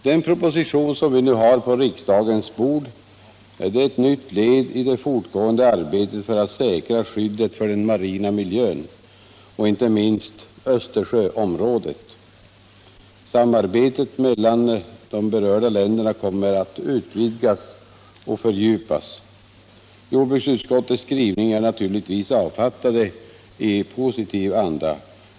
Den proposition som nu ligger på riksdagens bord är ett nytt led i det fortgående arbetet att säkra skyddet för den marina miljön, inte minst Östersjöområdet. Samarbetet mellan de berörda länderna kommer att utvidgas och fördjupas. Jordbruksutskottets skrivningar är naturligtvis avfattade i positiv anda.